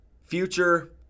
future